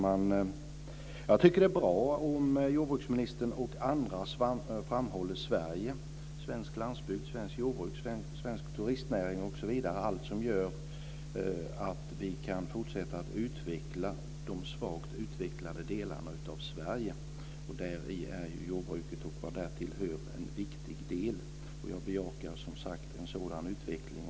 Fru talman! Det är bra om jordbruksministern och andra framhåller Sverige - svensk landsbygd, svenskt jordbruk, svensk turistnäring osv. - och allt som gör att vi kan fortsätta att utveckla de svagt utvecklade delarna av Sverige. Däri är jordbruket och vad därtill hör en viktig del. Jag bejakar en sådan utveckling.